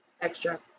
extra